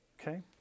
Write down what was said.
Okay